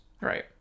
Right